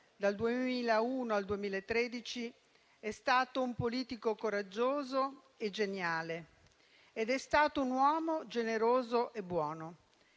dal 2001 al 2013, è stato un politico coraggioso e geniale ed è stato un uomo generoso e buono.